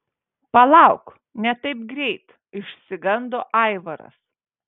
palauk ne taip greit išsigando aivaras